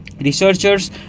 Researchers